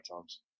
times